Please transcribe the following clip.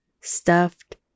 stuffed